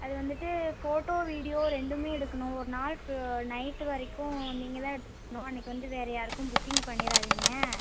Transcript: அது வந்துட்டு photo video ரெண்டுமே எடுக்கணும் ஒரு நாள் ஃபு நைட்டு வரைக்கும் நீங்கள் தான் எடுத்துத்தரணும் அன்னைக்கு வந்து வேறு யாருக்கும் புக்கிங் பண்ணிடாதீங்கள்